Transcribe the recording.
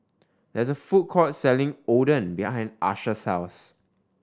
there is a food court selling Oden behind Asha's house